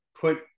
put